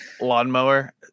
lawnmower